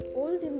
old